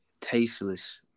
tasteless